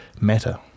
matter